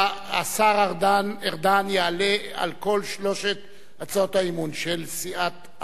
השר ארדן יענה על כל שלוש הצעות האי-אמון: של סיעת העבודה,